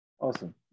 awesome